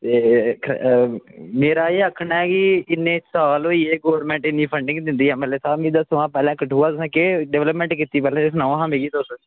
मेरा एह् आक्खना कि इन्ने साल होइये गौरमेंट इन्नी फंडिंग दिंदी ऐ मिगी पैह्लें दस्सो आं कठुआ तुसें केह् डेवेल्पमेंट कीती मिगी एह् सनाओ आं पैह्लें तुस